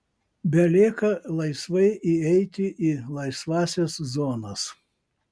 belieka laisvai įeiti į laisvąsias zonas